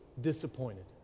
disappointed